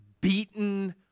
beaten